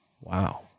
Wow